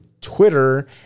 twitter